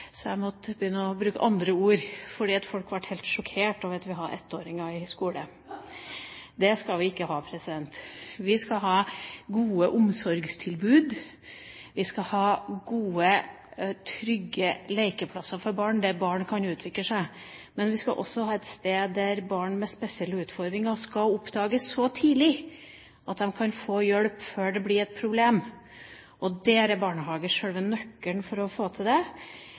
så jeg måtte begynne å bruke andre ord, for folk ble helt sjokkert over at vi har ettåringer i skolen. Det skal vi ikke ha. Vi skal ha gode omsorgstilbud, vi skal ha gode, trygge lekeplasser for barn der barn kan utvikle seg, men vi skal også ha et sted der barn med spesielle utfordringer kan oppdages så tidlig at de kan få hjelp før det blir et problem, og barnehager er selve nøkkelen for å få til det.